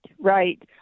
right